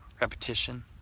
Repetition